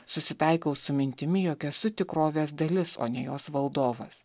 susitaikau su mintimi jog esu tikrovės dalis o ne jos valdovas